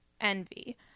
Envy